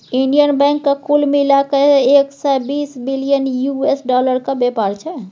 Indian बैंकक कुल मिला कए एक सय बीस बिलियन यु.एस डालरक बेपार छै